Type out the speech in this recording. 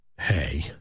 hey